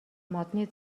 модны